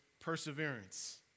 perseverance